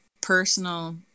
personal